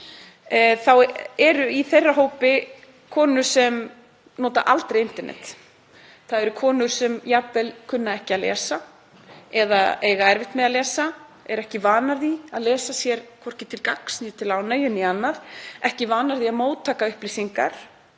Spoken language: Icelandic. þá eru í þeirra hópi konur sem nota aldrei internet. Það eru konur sem jafnvel kunna ekki að lesa eða eiga erfitt með að lesa, eru ekki vanar því að lesa, hvorki sér til gagns né til ánægju eða annað, ekki vanar því að taka á móti